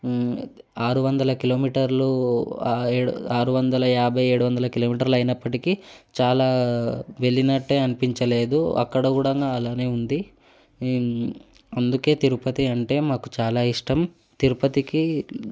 ఆరు వందల కిలోమీటర్లు ఏడు ఆరు వందల యాబై ఏడువందల కిలోమీటర్లు అయినప్పటికీ చాలా వెళ్ళినట్టే అనిపించలేదు అక్కడ కూడా అలానే ఉంది అందుకే తిరుపతి అంటే మాకు చాలా ఇష్టం తిరుపతికి